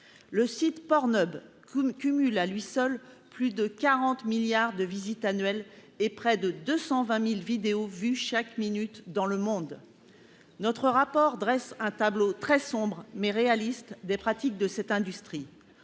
le site Pornhub cumule à lui seul plus de 40 milliards de visites annuelles et près de 220000 vidéos vues chaque minute dans le monde, notre rapport dresse un tableau très sombre mais réaliste des pratiques de cette industrie